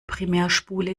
primärspule